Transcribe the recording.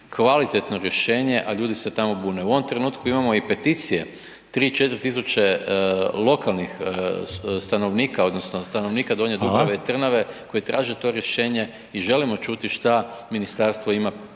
kvalitetno rješenje, a ljudi se tamo bune. U ovom trenutku imamo i peticije, 3-4000 lokalnih stanovnika odnosno stanovnika Donje Dubrave i Trnave …/Upadica: Hvala/…koji traže to rješenje i želimo čuti šta ministarstvo ima